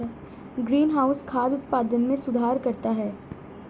greenhouse खाद्य उत्पादन में सुधार करता है